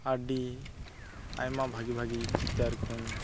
ᱟᱹᱰᱤ ᱟᱭᱢᱟ ᱵᱷᱟᱜᱤ ᱵᱷᱟᱜᱤ ᱪᱤᱛᱟᱹᱨᱠᱚᱧ